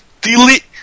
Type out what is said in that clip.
Delete